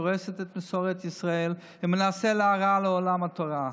שהורסת את מסורת ישראל ומנסה להרע לעולם התורה.